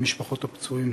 למשפחות הפצועים.